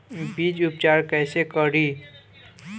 बीज उपचार कईसे करी?